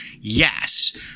Yes